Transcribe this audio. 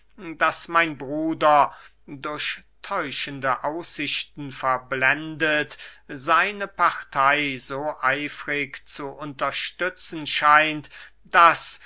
daß mein bruder durch täuschende aussichten verblendet seine partey so eifrig zu unterstützen scheint daß